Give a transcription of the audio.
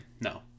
No